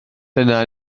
dyna